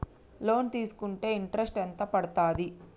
Loan తీస్కుంటే interest ఎంత పడ్తది?